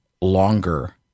longer